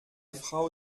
frau